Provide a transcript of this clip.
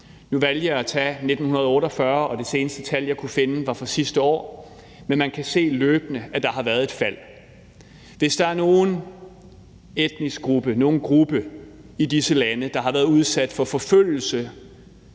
nu valgte jeg at tage 1948, og det seneste tal, jeg kunne finde, var fra sidste år, men man kan se, at der løbende har været et fald. Hvis der er nogen gruppe, nogen etnisk gruppe i disse lande, der har været udsat for forfølgelse,